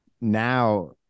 now